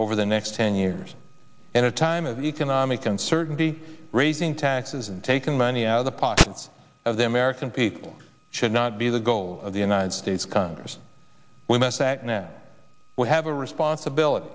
over the next ten years in a time of economic uncertainty raising taxes and taking money out of the pockets of the american people should not be the goal of the united states congress we must act now we have a responsibility